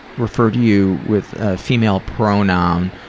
refer to you with a female pronoun,